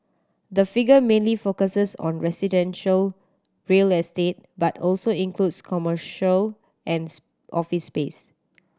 the figure mainly focuses on residential real estate but also includes commercial and office space